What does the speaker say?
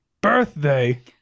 Birthday